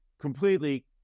completely